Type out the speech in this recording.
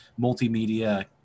multimedia